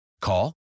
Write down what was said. Call